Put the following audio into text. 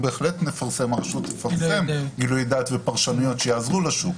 בהחלט תפרסם גילוי דעת ופרשנויות שיעזרו לשוק.